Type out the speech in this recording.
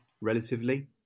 relatively